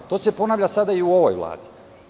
To se ponavlja sada i u ovoj Vladi.